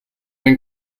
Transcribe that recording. den